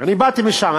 באתי משם,